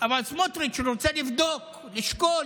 אבל סמוטריץ' רוצה לבדוק, לשקול.